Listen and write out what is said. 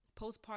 postpartum